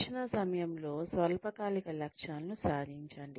శిక్షణ సమయంలో స్వల్పకాలిక లక్ష్యాలను సాధించండి